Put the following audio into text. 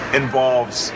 involves